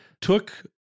Took